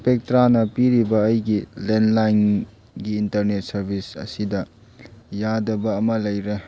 ꯁ꯭ꯄꯦꯛꯇ꯭ꯔꯥꯅ ꯄꯤꯔꯤꯕ ꯑꯩꯒꯤ ꯂꯦꯟꯂꯥꯏꯟꯒꯤ ꯏꯟꯇꯔꯅꯦꯠ ꯁꯔꯕꯤꯁ ꯑꯁꯤꯗ ꯌꯥꯗꯕ ꯑꯃ ꯂꯩꯔꯦ